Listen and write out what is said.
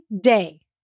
day